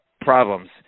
problems